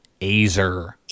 Azer